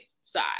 side